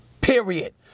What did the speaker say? Period